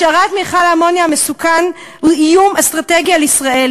השארת מכל האמוניה המסוכן היא איום אסטרטגי על ישראל,